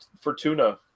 Fortuna